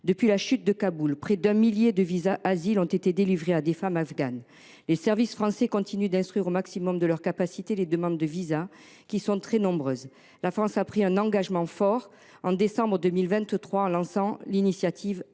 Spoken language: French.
Depuis la chute de Kaboul, près d’un millier de ces visas ont été accordés à des femmes afghanes. Les services français continuent d’instruire au maximum de leurs capacités les demandes, très nombreuses. Par ailleurs, la France a pris un engagement fort en décembre 2023 en lançant l’initiative « Avec